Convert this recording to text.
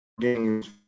games